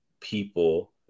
people